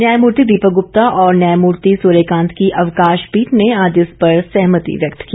न्यायमूर्ति दीपक गुप्ता और न्यायमूर्ति सूर्यकांत की अवकाश पीठ ने आज इस पर सहमति व्यक्त की